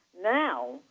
Now